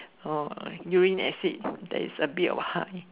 orh urine acid that is a bit what